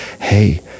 hey